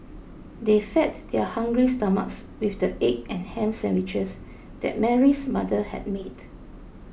they fed their hungry stomachs with the egg and ham sandwiches that Mary's mother had made